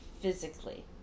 physically